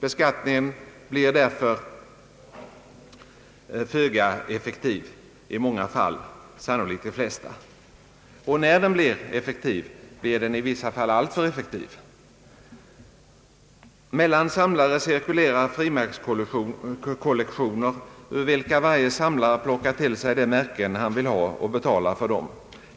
Beskattningen blir därför föga effektiv i många fall, sannolikt de flesta. Och när den blir effektiv blir den det i vissa fall i alltför hög grad. Mellan samlare cirkulerar frimärkskollektioner, ur vilka varje samlare plockar till sig de märken han vill ha och betalar för dem.